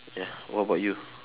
ya what about you